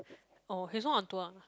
oh he's not on Daum ah